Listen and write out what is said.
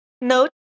note